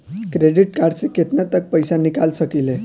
Credit card से केतना तक पइसा निकाल सकिले?